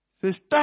sister